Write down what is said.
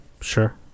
Sure